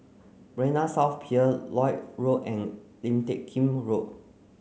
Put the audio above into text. Marina South Pier Lloyd Road and Lim Teck Kim Road